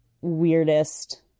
weirdest